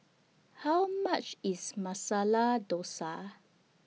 How much IS Masala Dosa